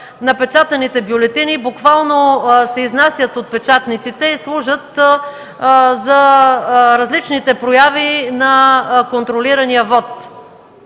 напечатаните бюлетини буквално се изнасят от печатниците и служат за различните прояви на контролирания вот.